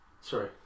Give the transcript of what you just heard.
Sorry